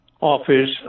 office